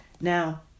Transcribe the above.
Now